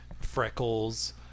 Freckles